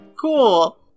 Cool